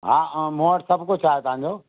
हा मूं वटि सभु कुझु आहे तव्हांजो